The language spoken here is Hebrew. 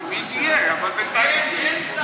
היא תהיה, אבל בינתיים, אין,